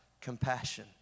Compassion